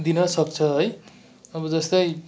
दिनसक्छ है अब जस्तै